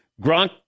Gronk